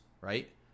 right